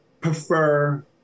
prefer